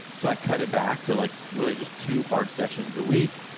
so, i cut it back to like really just two hard sessions a week,